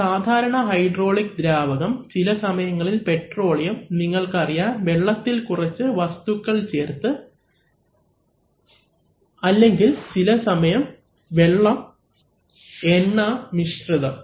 ഒരു സാധാരണ ഹൈഡ്രോളിക് ദ്രാവകം ചിലസമയങ്ങളിൽ പെട്രോളിയം നിങ്ങൾക്കറിയാം വെള്ളത്തിൽ കുറച്ച് വസ്തുക്കൾ ചേർത്ത് അല്ലെങ്കിൽ ചില സമയം വെള്ളം എണ്ണ മിശ്രിതം